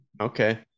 Okay